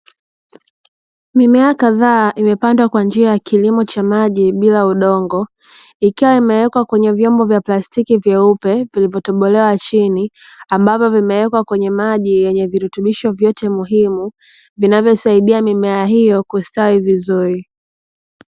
Mimea kadhaa imepandwa kwa njia ya kilimo cha maji bila udongo ikiwa imewekwa kwenye vyombo vya plastiki vyeupe vilivyotobolewa chini, ambavyo vimewekwa kwenye maji yenye virutubisho vyote muhimu vinavyosaidia mimea hiyo kustawi vizuri.